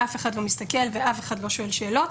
ואף אחד לא מסתכל ושואל שאלות.